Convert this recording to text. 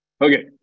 Okay